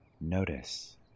notice